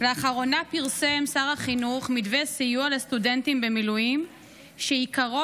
לאחרונה פרסם שר החינוך מתווה סיוע לסטודנטים במילואים שעיקרו